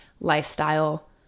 lifestyle